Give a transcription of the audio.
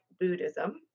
Buddhism